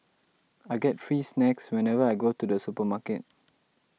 I get free snacks whenever I go to the supermarket